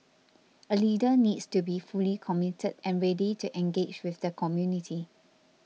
a leader needs to be fully committed and ready to engage with the community